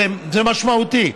זה משמעותי,